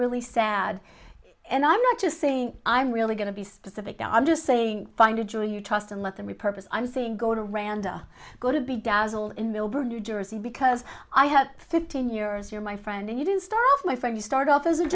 really sad and i'm not just saying i'm really going to be specific i'm just saying find a jury you trust and let them repurpose i'm saying go to random go to be dazzled in millburn new jersey because i have fifteen years you're my friend and you didn't start off my friend you start off as a